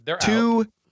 two